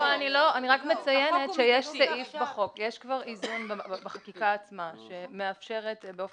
אני רק מציינת שבחקיקה עצמה יש כבר סעיף מאזן שמאפשר באופן